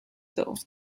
though